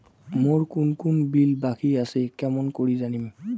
মোর কুন কুন বিল বাকি আসে কেমন করি জানিম?